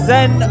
Zen